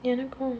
எனக்கும்:enakkum